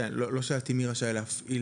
לא שאלתי מי רשאי להפעיל,